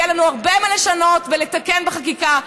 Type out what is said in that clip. יהיה לנו הרבה מה לשנות ולתקן בחקיקה.